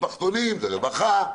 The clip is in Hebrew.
משפחתונים זה רווחה,